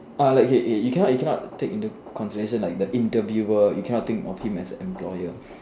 orh like ya ya ya you cannot you cannot take into consideration like the interviewer you cannot think of him as an employer